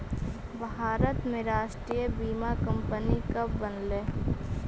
भारत में राष्ट्रीय बीमा कंपनी कब बनलइ?